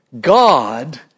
God